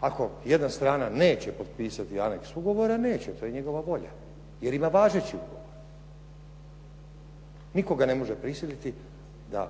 Ako jedna strana neće potpisati anex ugovora neće, to je njegova volja jer ima važeći ugovor. Nitko ga ne može prisiliti da